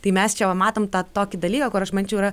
tai mes čia va matom tą tokį dalyką kur aš manyčiau yra